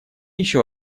еще